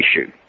issue